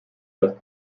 dass